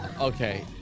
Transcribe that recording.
Okay